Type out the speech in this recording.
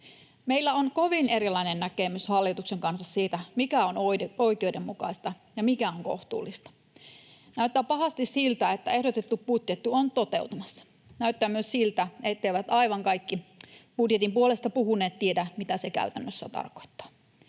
Meillä on kovin erilainen näkemys hallituksen kanssa siitä, mikä on oikeudenmukaista ja mikä on kohtuullista. Näyttää pahasti siltä, että ehdotettu budjetti on toteutumassa. Näyttää myös siltä, etteivät aivan kaikki budjetin puolesta puhuneet tiedä, mitä se käytännössä tarkoittaa.